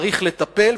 צריך לטפל,